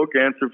answer